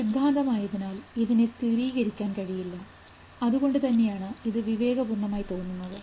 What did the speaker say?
ഇത് സിദ്ധാന്തം ആയതിനാൽ ഇതിനെ സ്ഥിരീകരിക്കാൻ കഴിയില്ല അതുകൊണ്ടുതന്നെയാണ് ഇത് വിവേകപൂർണമായി തോന്നുന്നത്